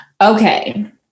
Okay